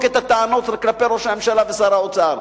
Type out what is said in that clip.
את הטענות כלפי ראש הממשלה ושר האוצר.